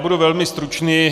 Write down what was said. Budu velmi stručný.